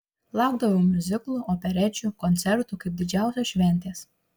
laukdavau miuziklų operečių koncertų kaip didžiausios šventės